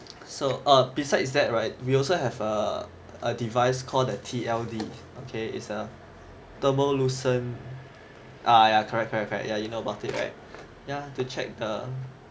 so err besides that right we also have a device called the T_L_D okay it's a thermo~ ah yeah correct correct correct yeah you know about it right yeah to check the